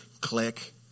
click